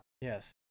Yes